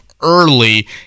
early